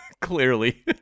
Clearly